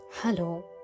Hello